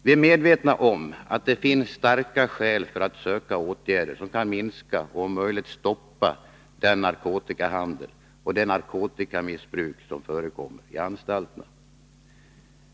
Vi är medvetna om att det finns starka skäl för att söka åtgärder, som kan minska och om möjligt stoppa den narkotikahandel och det narkotikamissbruk som förekommer på anstalterna.